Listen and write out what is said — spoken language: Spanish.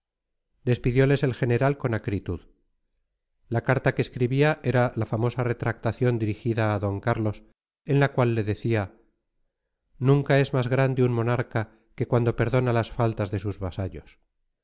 una carta despidioles el general con acritud la carta que escribía era la famosa retractación dirigida a d carlos en la cual le decía nunca es más grande un monarca que cuando perdona las faltas de sus